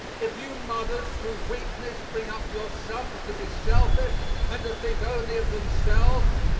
if you mothers through weakness bring up your sons to be selfish and to think only of themselves,